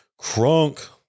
Crunk